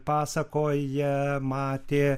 pasakoja matė